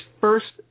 first